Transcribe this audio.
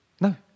No